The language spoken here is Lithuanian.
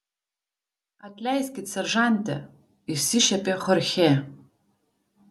atleiskit seržante išsišiepė chorchė